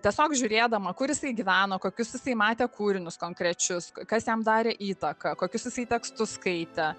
tiesiog žiūrėdama kur jisai gyveno kokius jisai matė kūrinius konkrečius kas jam darė įtaką kokius jisai tekstus skaitė